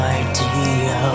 idea